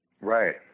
Right